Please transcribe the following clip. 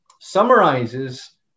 summarizes